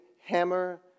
hammer